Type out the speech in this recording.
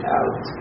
out